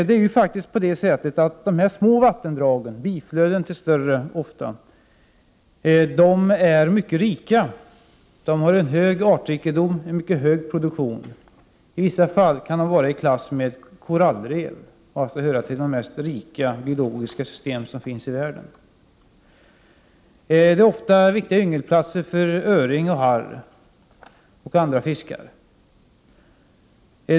De små vattendragen, ofta biflöden till stora vattendrag, är mycket rika, har en hög artrikedom och en hög produktion. I vissa fall kan det vara i klass med korallrev, dvs. höra till de mest rika biologiska system som finns i världen. De små vattendragen är ofta yngelplatser för öring och harr och andra fiskar.